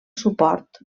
suport